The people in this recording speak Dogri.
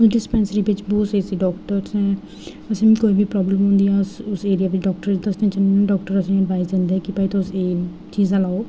डिस्पैंसरिस बिच्च बहोत ऐसे डाक्टर ऐ असेंगी कोई बी प्राबल्मस होंदियां उस एरिया दे डाक्टर डाक्टर असेंगी एडवाइस दिंदे कि तुस एह् चीजां लाओ